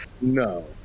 No